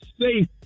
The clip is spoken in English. safe